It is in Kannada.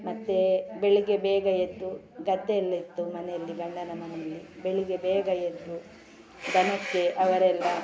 ಮತ್ತು ಬೆಳಗ್ಗೆ ಬೇಗ ಎದ್ದು ಗದ್ದೆ ಎಲ್ಲ ಇತ್ತು ಮನೆಯಲ್ಲಿ ಗಂಡನ ಮನೆಯಲ್ಲಿ ಬೆಳಗ್ಗೆ ಬೇಗ ಎದ್ದು ದನಕ್ಕೆ ಅವರೆಲ್ಲ